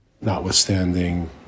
notwithstanding